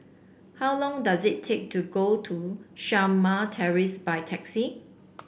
how long does it take to go to Shamah Terrace by taxi